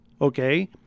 Okay